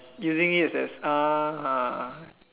using it as ah